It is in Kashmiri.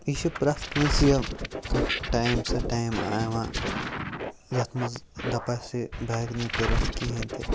یہِ چھُ پرٛٮ۪تھ کٲنٛسہِ یِم کانٛہہ ٹایم سُہ ٹایم یِوان یَتھ منٛز دَپَس ہے بہٕ ہٮ۪کہٕ نہٕ یہِ کٔرِتھ کِہیٖنۍ تہِ